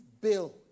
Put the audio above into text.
bill